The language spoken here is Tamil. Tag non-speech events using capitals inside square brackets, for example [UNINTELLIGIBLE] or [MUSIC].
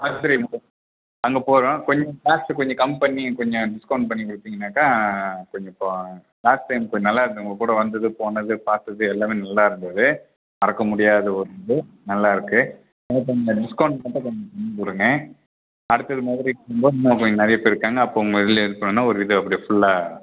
ராத்திரி அங்கே போகிறோம் கொஞ்சம் காசு கொஞ்சம் கம்மி பண்ணி கொஞ்சம் டிஸ்கவுண்ட் பண்ணி கொடுத்தீங்கன்னாக்கா கொஞ்சம் லாஸ்ட் டைம் கொஞ்சம் நல்லாயிருந்துது உங்கள் கூட வந்தது போனது பார்த்தது எல்லாமே நல்லாயிருந்துது மறக்க முடியாத ஒரு இது நல்லாயிருக்கு கொஞ்சம் டிஸ்கவுண்ட் மட்டும் கொஞ்சம் பண்ணி கொடுங்க அடுத்தது இது மாதிரி [UNINTELLIGIBLE] நிறையா பேர் இருக்காங்க அப்போ உங்கள் இதில் எடுத்தோன்னால் ஒரு இது அப்படியே ஃபுல்லாக